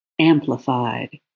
amplified